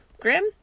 grim